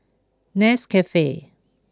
Nescafe